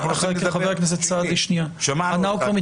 שמענו אותך,